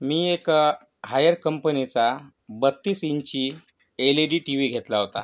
मी एक हायर कंपनीचा बत्तीस इंची L E D T V घेतला होता